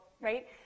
right